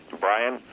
Brian